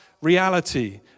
reality